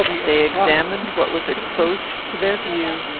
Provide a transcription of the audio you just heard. they examined what was exposed to their view,